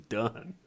done